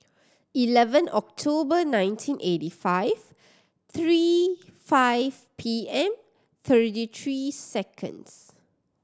eleven October nineteen eighty five three five P M thirty three seconds